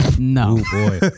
No